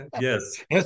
Yes